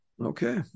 Okay